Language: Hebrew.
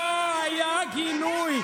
גינה, לא היה גינוי.